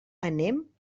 anem